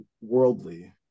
worldly